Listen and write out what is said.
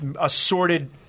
assorted